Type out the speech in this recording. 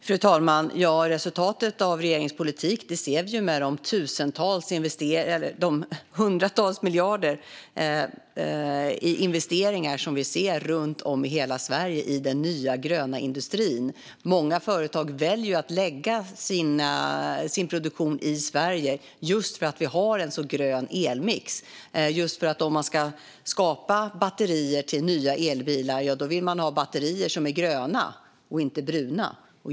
Fru talman! Resultatet av regeringens politik ser vi i de hundratals miljarder i investeringar som vi ser runt om i hela Sverige i den nya gröna industrin. Många företag väljer att lägga sin produktion i Sverige just för att vi har en så grön elmix. Om man ska skapa batterier till nya elbilar vill man att de ska vara gröna, inte bruna.